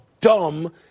dumb